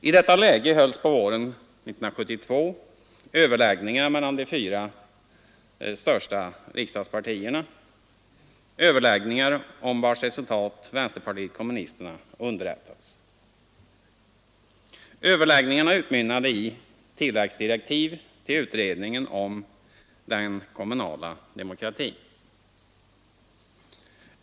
I detta läge hölls på våren 1972 överläggningar mellan de fyra största riksdagspartierna — överläggningar vars resultat vänsterpartiet kommunisterna underrättades om. Överläggningarna utmynnade i tilläggsdirektiv till utredningen om den kommunala demokratin.